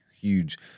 huge